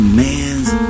man's